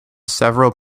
several